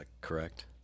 correct